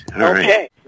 Okay